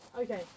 Okay